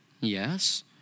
yes